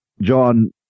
John